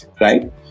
Right